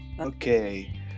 Okay